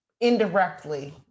indirectly